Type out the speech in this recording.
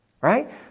right